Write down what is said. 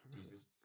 Jesus